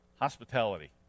Hospitality